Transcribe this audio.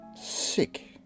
sick